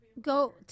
go